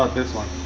ah this one